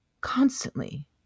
Constantly